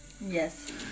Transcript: Yes